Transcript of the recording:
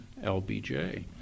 LBJ